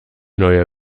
neue